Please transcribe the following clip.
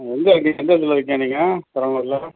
ஆ எங்கே இருக்கீங்கள் எந்த இடத்துல இருக்கீங்கள் நீங்கள் பெரம்பலூர்ல